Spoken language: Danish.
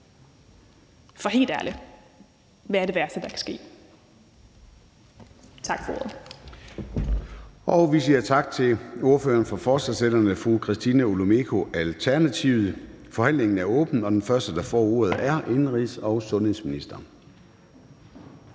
For helt ærligt: Hvad er det værste, der kan ske?